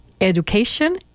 education